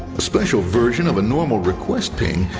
a special version of a normal request ping,